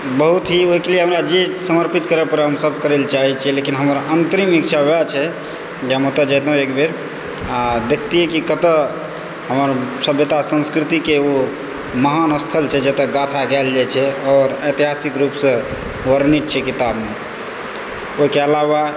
बहुत ही ओहिके लिए हमरा जे समर्पित करै पड़ै हम सभ करय लऽ चाहै छियै लेकिन हमर अन्तरिम इच्छा वएह छै जे हम ओतए जेतहुँ एक बेर आ देखतियै कि कतय हमर सभ्यता संस्कृतिके ओ महान स्थल छै जकर गाथा गायल जाइ छै आओर ऐतिहासिक रूपसँ वर्णित छै किताबमे ओहिके अलावा